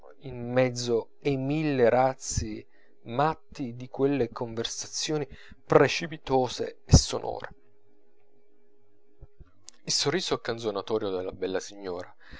in mezzo ai mille razzi matti di quelle conversazioni precipitose e sonore il sorriso canzonatorio della bella signora